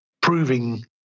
proving